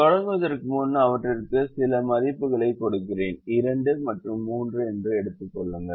எனவே தொடங்குவதற்கு முன் அவற்றிற்கு சில மதிப்புகளைக் கொடுக்கிறேன் 2 மற்றும் 3 என்று எடுத்து கொள்ளுங்கள்